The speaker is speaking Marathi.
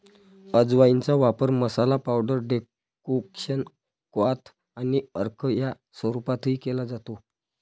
अजवाइनचा वापर मसाला, पावडर, डेकोक्शन, क्वाथ आणि अर्क या स्वरूपातही केला जातो